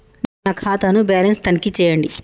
నా ఖాతా ను బ్యాలన్స్ తనిఖీ చేయండి?